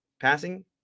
passing